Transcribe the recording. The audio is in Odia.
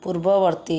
ପୂର୍ବବର୍ତ୍ତୀ